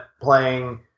playing